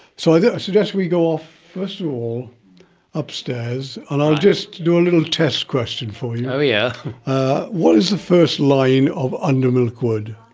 so i suggest we go off first of all upstairs and i'll just do a little test question for you. know yeah ah what is the first line of under milk wood?